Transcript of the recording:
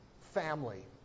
family